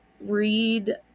read